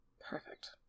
Perfect